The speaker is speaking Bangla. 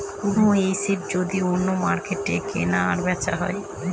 কোনো এসেট যদি অন্য মার্কেটে কেনা আর বেচা হয়